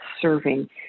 serving